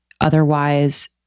otherwise